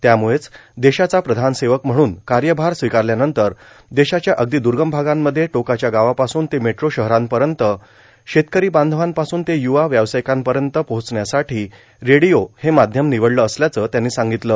त्यामुळेच देशाचा प्रधान सेवक म्हणून कायभार स्वीकारल्यानंतर देशाच्या अगर्दो दगम भागामध्ये टोकाच्या गावापासून ते मेट्रां शहरांपयत शेतकरां बांधवांपासून ते य्वा व्यावसार्ायकापयत पोहोचण्यासाठां रेर्डओ हे माध्यम र्मनवडलं असल्याचं त्यांनी सांग्गतलं